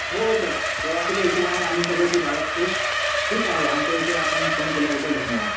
हो हो सर प्रवासाच्या हिशोबाने आम्ही सगळं ते बाळगतोच ठीक आहे आमच्याइथे आपण फोन केल्याबद्दल धन्यवाद